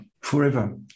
Forever